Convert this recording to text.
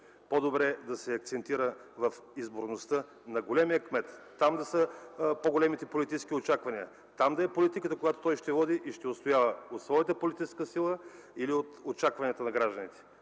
По-добре да се акцентира в изборността на големия кмет, там да са по-големите политически очаквания, там да е политиката, която той ще води и ще отстоява от своята политическа сила или от очакванията на гражданите.